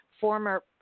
former